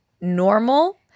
normal